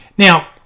Now